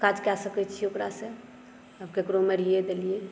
काज कए सकै छी ओकरासऽ आ ककरो मारिये देलियै